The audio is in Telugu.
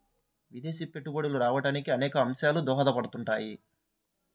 విదేశీ పెట్టుబడులు రావడానికి అనేక అంశాలు దోహదపడుతుంటాయి